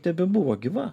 tebebuvo gyva